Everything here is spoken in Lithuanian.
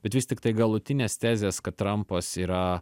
bet vis tiktai galutinės tezės kad trampas yra